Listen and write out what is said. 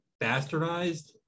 bastardized